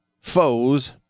foes